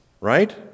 right